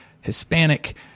Hispanic